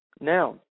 Now